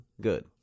good